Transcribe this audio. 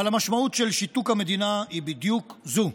אבל המשמעות של שיתוק המדינה היא בדיוק זו.